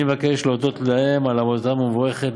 אני מבקש להודות להם על עבודתם המבורכת,